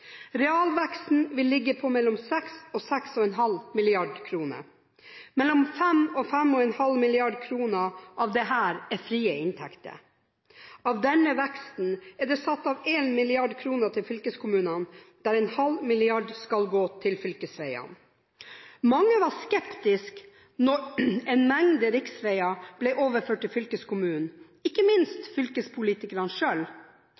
Realveksten vil ligge på mellom 6 og 6,5 mrd. kr. Mellom 5 og 5,5 mrd. kr av dette er frie inntekter. Av denne veksten er det satt av 1 mrd. kr til fylkeskommunene, der 0,5 mrd. kr skal gå til fylkevegene. Mange var skeptiske da en mengde riksveger ble overført til fylkeskommunene, ikke